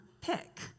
pick